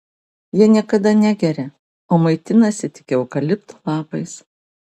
jie niekada negeria o maitinasi tik eukalipto lapais